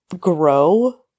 grow